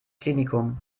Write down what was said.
klinikum